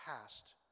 past